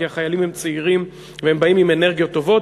כי החיילים הם צעירים והם באים עם אנרגיות טובות,